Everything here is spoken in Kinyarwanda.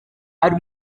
ari